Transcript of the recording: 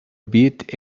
bit